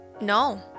No